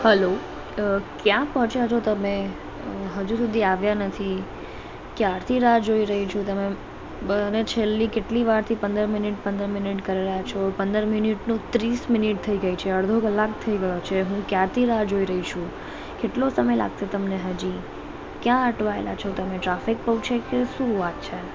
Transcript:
hello અ ક્યાં પહોંચ્યા છો તમે હજુ સુધી આવ્યા નથી ક્યારથી રાહ જોઇ રહી છું તમે અને છેલ્લી કેટલી વારથી પંદર મિનીટ પંદર મિનીટ કરી રહ્યા છો પંદર મિનિટની ત્રીસ મિનિટ થઇ ગઇ છે અડધો કલાક થઇ ગયો છે ક્યારથી રાહ જોઈ રહી છું કેટલો સમય લાગશે તમને હજી ક્યાં અટવાયેલા છો તમે ટ્રાફિક બહુ છે કે શું વાત છે